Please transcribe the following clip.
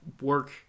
work